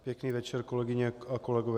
Pěkný večer, kolegyně a kolegové.